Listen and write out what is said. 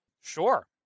Sure